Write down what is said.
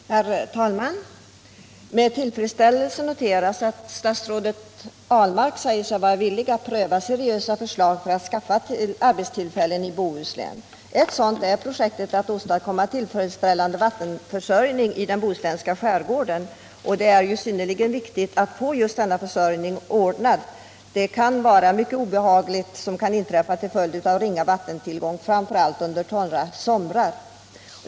Herr talman! Med tillfredsställelse noteras att statsrådet Ahlmark säger sig vara villig att pröva seriösa förslag för att få till stånd arbetstillfällen i Bohuslän. Ett sådant är projektet att åstadkomma en tillfredsställande vattenförsörjning i den bohuslänska skärgården. Det är synnerligen viktigt att få detta ordnat. Mycket obehagligt kan inträffa till följd av ringa vattentillgång, framför allt under torra somrar.